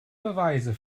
beweise